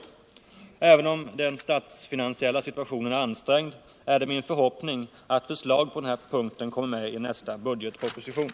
Även om den statsfinansiella situationen är ansträngd är det min förhoppning att förslag på den här punkten kommer med i nästa budgetproposition.